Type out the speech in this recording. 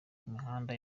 imihanda